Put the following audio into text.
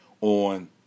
on